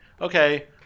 okay